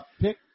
pick